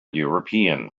european